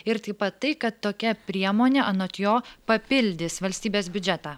ir taip pat tai kad tokia priemonė anot jo papildys valstybės biudžetą